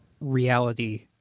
reality